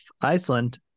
Iceland